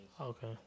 Okay